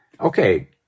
okay